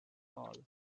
all